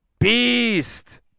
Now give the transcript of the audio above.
Beast